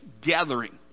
gathering